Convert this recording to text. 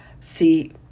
see